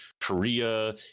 korea